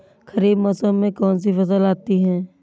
खरीफ मौसम में कौनसी फसल आती हैं?